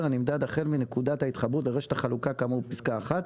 הנמדד החל מנקודת ההתחברות לרשת החלוקה כאמור בפסקה (1),